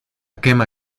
quema